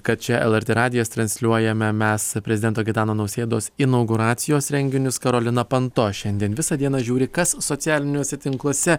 kad čia lrt radijas transliuojame mes prezidento gitano nausėdos inauguracijos renginius karolina panto šiandien visą dieną žiūri kas socialiniuose tinkluose